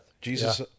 Jesus